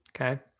Okay